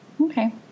Okay